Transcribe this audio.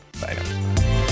Bye